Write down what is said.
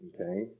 Okay